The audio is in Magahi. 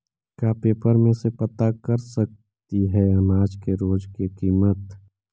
का पेपर में से पता कर सकती है अनाज के रोज के किमत?